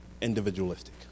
individualistic